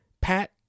Pat